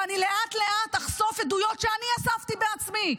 ואני לאט-לאט אחשוף עדויות שאני אספתי בעצמי.